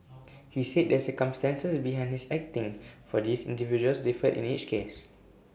he said the circumstances behind his acting for these individuals differed in each case